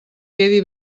quedi